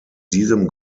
diesem